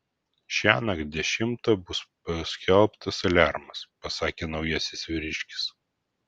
šiąnakt dešimtą bus paskelbtas aliarmas pasakė naujasis vyriškis